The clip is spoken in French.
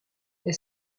est